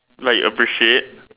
like appreciate